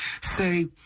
say